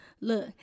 Look